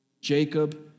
Jacob